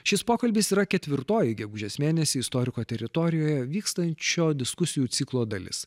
šis pokalbis yra ketvirtoji gegužės mėnesį istoriko teritorijoje vykstančio diskusijų ciklo dalis